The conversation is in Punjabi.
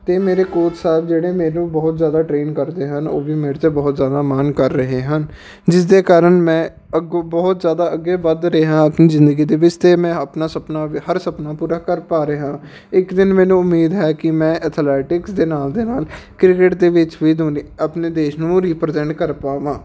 ਅਤੇ ਮੇਰੇ ਕੋਚ ਸਾਹਿਬ ਜਿਹੜੇ ਮੈਨੂੰ ਬਹੁਤ ਜ਼ਿਆਦਾ ਟ੍ਰੇਨ ਕਰਦੇ ਹਨ ਉਹ ਵੀ ਮੇਰੇ 'ਤੇ ਬਹੁਤ ਜ਼ਿਆਦਾ ਮਾਣ ਕਰ ਰਹੇ ਹਨ ਜਿਸ ਦੇ ਕਾਰਨ ਮੈਂ ਅੱਗੋਂ ਬਹੁਤ ਜ਼ਿਆਦਾ ਅੱਗੇ ਵੱਧ ਰਿਹਾ ਹਾਂ ਆਪਣੀ ਜ਼ਿੰਦਗੀ ਦੇ ਵਿੱਚ ਅਤੇ ਮੈਂ ਆਪਣਾ ਸੁਪਨਾ ਵੀ ਹਰ ਸੁਪਨਾ ਪੂਰਾ ਕਰ ਪਾ ਰਿਹਾ ਹਾਂ ਇੱਕ ਦਿਨ ਮੈਨੂੰ ਉਮੀਦ ਹੈ ਕਿ ਮੈਂ ਅਥਲੈਟਿਕਸ ਦੇ ਨਾਲ ਦੇ ਨਾਲ ਕ੍ਰਿਕਟ ਦੇ ਵਿੱਚ ਵੀ ਦੁਨੀ ਆਪਣੇ ਦੇਸ਼ ਨੂੰ ਰੀਪ੍ਰਜੈਂਟ ਕਰ ਪਾਵਾਂ